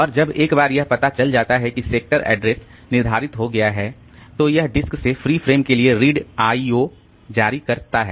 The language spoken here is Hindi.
और जब एक बार यह पता चल जाता है कि सेक्टर एड्रेस निर्धारित हो गया है तो यह डिस्क से फ्री फ्रेम के लिए एक रीड IO जारी करता है